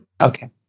Okay